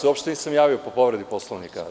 Uopšte se nisam javio po povredi Poslovnika.